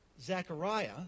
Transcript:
Zechariah